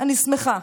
אני שמחה.